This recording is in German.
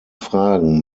fragen